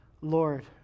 Lord